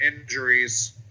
injuries